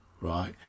right